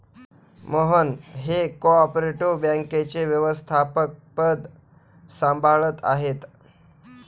मोहन हे cooperative बँकेचे व्यवस्थापकपद सांभाळत आहेत